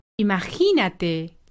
Imagínate